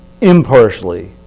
impartially